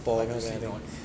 obviously not